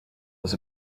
was